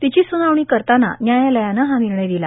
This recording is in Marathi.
तिची सूनावणी करताना व्यायालयानं हा निर्णय दिला